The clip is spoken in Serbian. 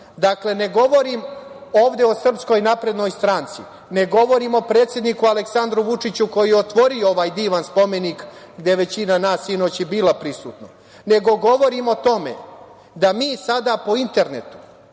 ne govorim ovde o SNS, ne govorim o predsedniku Aleksandru Vučiću, koji je otvorio ovaj divan spomenik, gde većina nas sinoć je bila prisutna, nego govorim o tome da mi sada po internetu,